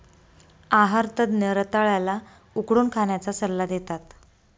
आहार तज्ञ रताळ्या ला उकडून खाण्याचा सल्ला देतात